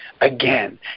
Again